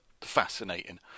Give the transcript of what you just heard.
fascinating